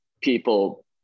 people